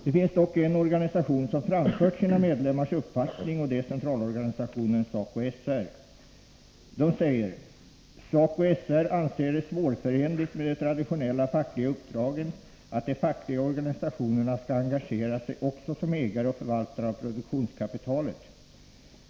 Det finns dock en organisation som framfört sina medlemmars uppfattning, och det är Centralorganisationen SACO SR anser det svårförenligt med de traditionella fackliga uppdragen att de fackliga organisationerna skall engagera sig också som ägare och förvaltare av produktionskapitalet.